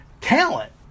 talent